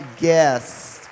guests